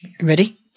ready